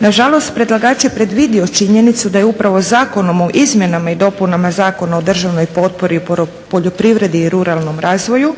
Na žalost predlagač je predvidio činjenicu da je upravo Zakonom o izmjenama i dopunama Zakona o državnoj potpori u poljoprivredi i ruralnom razvoju